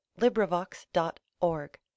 LibriVox.org